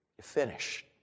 finish